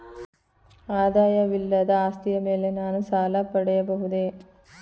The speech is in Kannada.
ಆದಾಯವಿಲ್ಲದ ಆಸ್ತಿಯ ಮೇಲೆ ನಾನು ಸಾಲ ಪಡೆಯಬಹುದೇ?